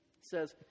says